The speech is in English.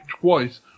twice